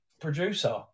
producer